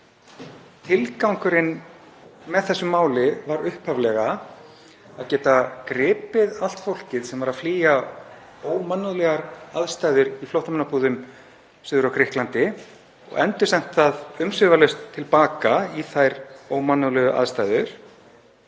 Tilgangurinn með þessu máli var upphaflega að geta gripið allt fólkið sem er að flýja ómannúðlegar aðstæður í flóttamannabúðum suður á Grikklandi og endursent það umsvifalaust til baka í þær ómannúðlegar aðstæður.